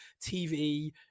TV